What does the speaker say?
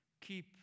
keep